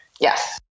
Yes